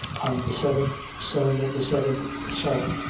i'm the seventh son of the seventh son,